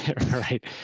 Right